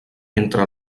entre